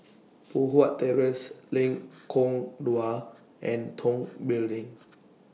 Poh Huat Terrace Lengkong Dua and Tong Building